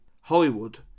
Hollywood